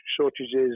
shortages